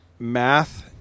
math